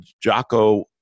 Jocko